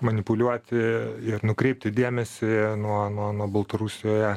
manipuliuoti ir nukreipti dėmesį nuo nuo nuo baltarusijoje